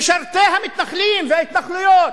משרתי המתנחלים וההתנחלויות.